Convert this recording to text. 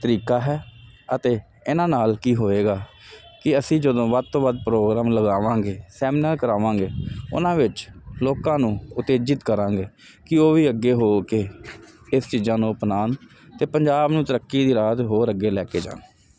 ਤਰੀਕਾ ਹੈ ਅਤੇ ਇਨ੍ਹਾਂ ਨਾਲ ਕੀ ਹੋਏਗਾ ਕੀ ਅਸੀਂ ਜਦੋਂ ਵੱਧ ਤੋਂ ਵੱਧ ਪ੍ਰੋਗਰਾਮ ਲਗਾਵਾਂਗੇ ਸੈਮੀਨਾਰ ਕਰਾਵਾਂਗੇ ਉਨ੍ਹਾਂ ਵਿੱਚ ਲੋਕਾਂ ਨੂੰ ਉਤੇਜਿਤ ਕਰਾਂਗੇ ਕੀ ਉਹ ਵੀ ਅੱਗੇ ਹੋ ਕੇ ਇਸ ਚੀਜਾਂ ਨੂੰ ਅਪਨਾਣ ਤੇ ਪੰਜਾਬ ਨੂੰ ਤਰੱਕੀ ਦੇ ਰਾਹ ਤੇ ਹੋਰ ਅੱਗੇ ਲੈ ਕੇ ਜਾਣ